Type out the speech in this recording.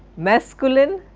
masculine